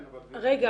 כן אבל -- רגע,